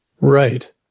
Right